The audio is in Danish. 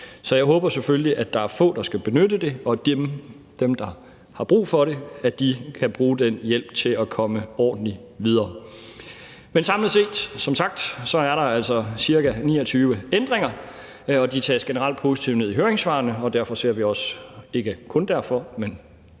Så jeg håber selvfølgelig, at der er få, der skal benytte det, og at dem, der har brug for det, kan bruge den hjælp til at komme ordentligt videre. Men samlet set er der altså som sagt ca. 29 ændringer, og de tages generelt positivt ned i høringssvarene, og derfor ser vi selvfølgelig